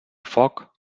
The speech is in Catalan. foc